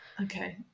Okay